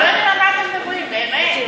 אתם לא יודעים על מה אתם מדברים, באמת.